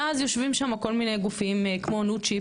ואז יושבים שמה כל מיני גופים כמו נוצ'י,